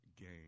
game